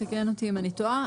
תקן אותי אם אני טועה.